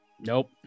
nope